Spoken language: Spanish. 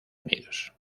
unidos